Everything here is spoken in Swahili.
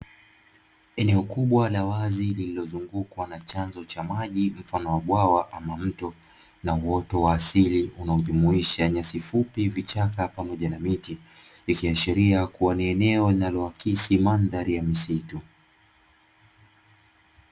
Eneo kubwa la wazi lililo zungukwa na chanzo cha maji mfano wa bwawa ama mto na uwoto wa asili unao jumuisha nyasi fupi, vichaka pamoja na miti, ikiashiria kuwa ni eneo linalo akisi mandhali ya misitu.